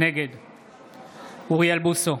נגד אוריאל בוסו,